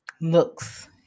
looks